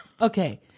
Okay